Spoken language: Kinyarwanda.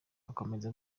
akomeza